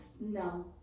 no